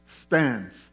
stands